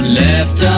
left